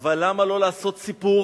הם לא אמרו לה לא לשיר,